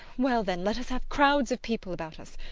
well, then, let us have crowds of people about us!